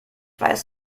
weiß